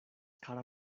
kara